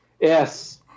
Yes